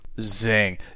Zing